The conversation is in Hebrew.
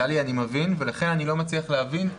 אני מבין ולכן אני לא מצליח להבין.